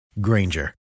Granger